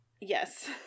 yes